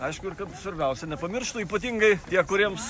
aišku ir kad svarbiausia nepamirštų ypatingai tie kuriems